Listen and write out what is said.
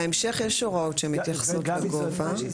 בהמשך יש הוראות שמתייחסות לגובה.